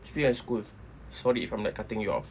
actually I have school sorry if I'm like cutting you off